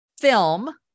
film